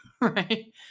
right